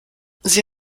sie